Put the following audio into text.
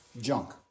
Junk